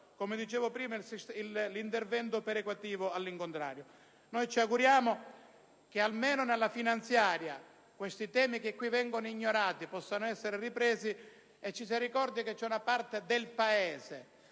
come ho detto, l'intervento perequativo all'incontrario. Ci auguriamo che almeno nella legge finanziaria i temi che qui vengono ignorati possano essere ripresi e ci si ricordi che c'è una parte del Paese